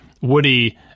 Woody